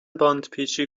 باندپیچی